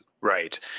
Right